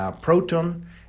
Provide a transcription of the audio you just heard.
proton